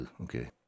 Okay